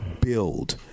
build